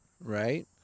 Right